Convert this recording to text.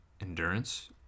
Endurance